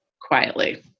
quietly